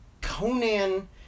Conan